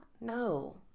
No